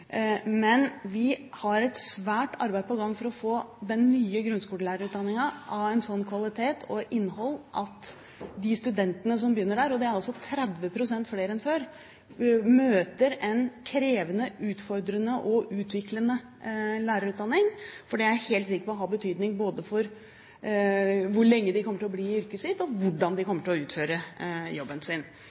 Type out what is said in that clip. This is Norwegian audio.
men vi har et svært arbeid på gang for å få den nye grunnskolelærerutdanningen av en slik kvalitet og med et slikt innhold at de studentene som begynner der – og det er altså 30 pst. flere enn før – møter en krevende, utfordrende og utviklende lærerutdanning. For det er jeg helt sikker på har betydning både for hvor lenge de kommer til å bli, og for hvordan de kommer til å utføre jobben sin.